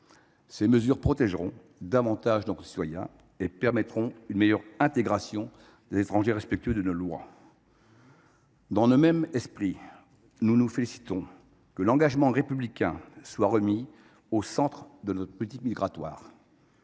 Ces mesures protégeront davantage nos concitoyens et permettront une meilleure intégration des étrangers respectueux de nos lois. Dans le même esprit, nous nous félicitons que l’engagement républicain soit remis au centre de notre politique migratoire.